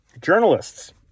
journalists